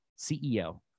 CEO